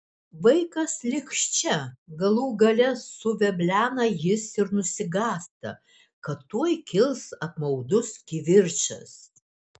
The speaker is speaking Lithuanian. vaikas liks čia galų gale suveblena jis ir nusigąsta kad tuoj kils apmaudus kivirčas